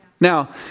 Now